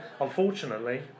Unfortunately